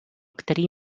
který